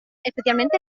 especialmente